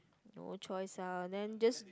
no choice lah then just